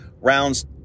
rounds